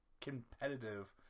competitive